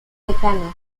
secano